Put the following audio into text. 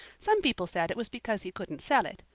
some people said it was because he couldn't sell it,